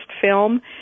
film